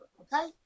okay